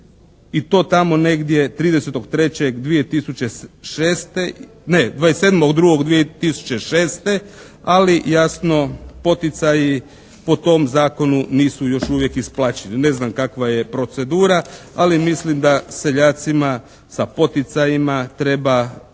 i to tamo negdje 30.3.2006. ne, 27.2.2006. ali jasno poticaji po tom zakonu nisu još uvijek isplaćeni. Ne znam, kakva je procedura ali mislim da seljacima sa poticajima, treba